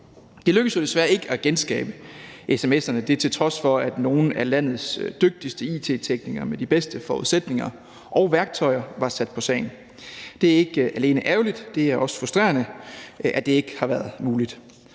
Det lykkedes jo desværre ikke at genskabe sms'erne, og det er til trods for, at nogle af landets dygtigste it-teknikere med de bedste forudsætninger og værktøjer var sat på sagen. Det er ikke alene ærgerligt, men det er også frustrerende, at det ikke har været muligt.